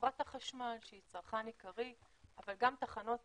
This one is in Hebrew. חברת החשמל שהיא צרכן עיקרי, אבל גם תחנות